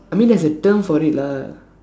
I mean there's a term for it lah